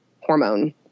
hormone